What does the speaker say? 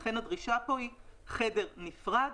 לכן הדרישה פה היא חדר נפרד,